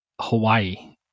Hawaii